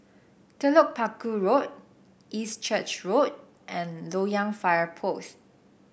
Telok Paku Road East Church Road and Loyang Fire Post